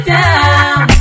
down